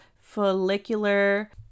follicular